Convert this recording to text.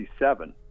1967